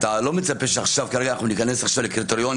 אתה לא מצפה שכרגע אנחנו ניכנס לקריטריונים